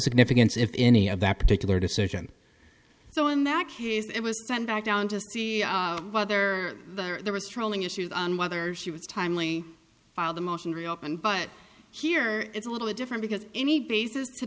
significance if any of that particular decision so in that case it was sent back down to see whether there was trolling issues on whether she was timely filed a motion to reopen but here it's a little bit different because any basis to